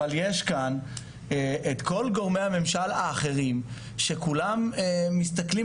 אבל יש כאן את כל גורמי הממשל האחרים שכולם מסתכלים